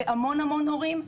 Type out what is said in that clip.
זה המון המון עניין של הורים.